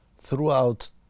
Throughout